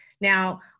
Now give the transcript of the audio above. Now